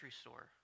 store